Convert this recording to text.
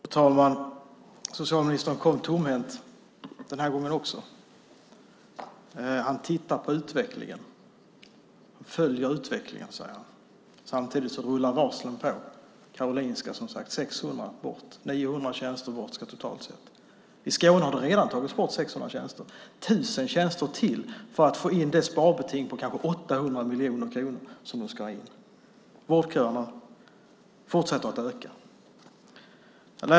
Fru ålderspresident! Socialministern kom tomhänt den här gången också. Han tittar på utvecklingen. Han följer utvecklingen, säger han. Samtidigt rullar varslen på. På Karolinska ska som sagt 600 bort. Totalt sett ska 900 tjänster bort. I Skåne har det redan tagits bort 600 tjänster, och man ska ta bort 1 000 tjänster till för att klara sparbetinget på kanske 800 miljoner kronor. Vårdköerna fortsätter att öka.